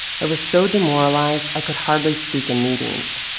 i was so demoralized i could hardly speak in meetings.